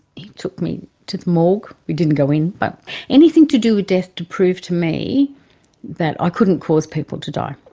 he took me to the morgue. we didn't go in. but anything to do with death, to prove to me that i couldn't cause people to die.